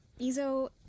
Izo